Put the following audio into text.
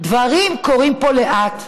דברים קורים פה לאט,